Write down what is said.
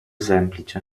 semplice